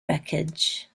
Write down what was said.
wreckage